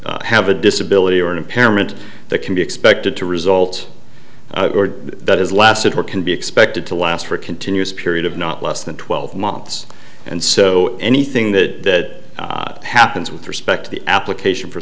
must have a disability or impairment that can be expected to result that has lasted or can be expected to last for continuous period of not less than twelve months and so anything that happens with respect to the application for